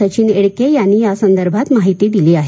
सचिन एडके यांनी यासंदर्भात माहिती दिली आहे